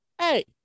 Hey